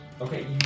Okay